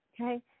Okay